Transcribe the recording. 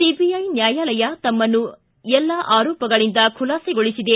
CBI ನ್ಯಾಯಾಲಯ ತಮ್ಮನ್ನು ಎಲ್ಲ ಆರೋಪಗಳಿಂದ ಖುಲಾಸಗೊಳಿಸಿದೆ